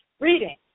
reading